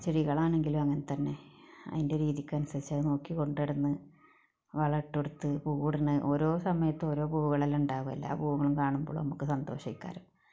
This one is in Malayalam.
ചെടികളാണെങ്കിലും അങ്ങനെ തന്നെ അതിൻ്റെ രീതിക്ക് അനുസരിച്ച് അത് നോക്കി കൊണ്ടുവന്ന് വളമെടുത്തിട്ട് പൂവിടുന്ന് ഓരോ സമയത്തും ഓരോരോ പൂവുകൾ ഉണ്ടാകൽ എല്ലാ പൂവുകളും കാണുമ്പോൾ നമുക്ക് സന്തോഷമായിരിക്കും